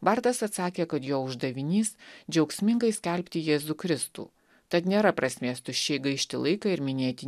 bartas atsakė kad jo uždavinys džiaugsmingai skelbti jėzų kristų tad nėra prasmės tuščiai gaišti laiką ir minėti